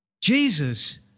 Jesus